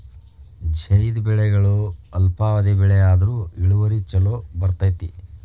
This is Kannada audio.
ಝೈದ್ ಬೆಳೆಗಳು ಅಲ್ಪಾವಧಿ ಬೆಳೆ ಆದ್ರು ಇಳುವರಿ ಚುಲೋ ಬರ್ತೈತಿ